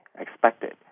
expected